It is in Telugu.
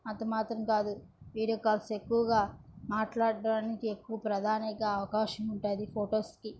అంతమాత్రం కాదు వీడియో కాల్స్ ఎక్కువగా మాట్లాడడానికి ఎక్కువ ప్రధానంగా అవకాశముంటుంది ఈ ఫొటోస్కి